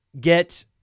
get